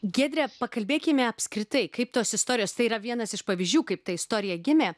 giedre pakalbėkime apskritai kaip tos istorijos tai yra vienas iš pavyzdžių kaip ta istorija gimė